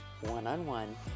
one-on-one